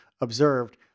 observed